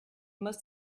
most